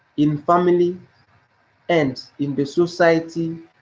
in family and in the society